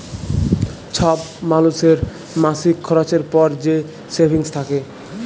ছব মালুসের মাসিক খরচের পর যে সেভিংস থ্যাকে